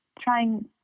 trying